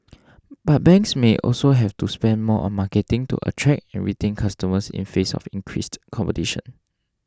but banks may also have to spend more on marketing to attract and retain customers in face of increased competition